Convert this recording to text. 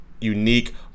unique